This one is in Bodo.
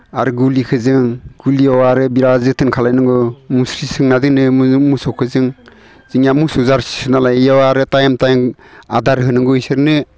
आरो गलिखो जों गलियाव आरो बिराद जोथोन खालामनांगौ मुस्रि सोंना दोनो मोसौखो जों जोंनिया मोसौ जार्सिसो नालाय इयाव आरो टाइम टाइम आदार होनांगौ इसोरनो